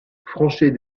franchet